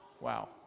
Wow